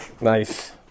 Nice